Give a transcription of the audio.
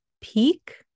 peak